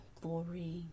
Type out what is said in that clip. glory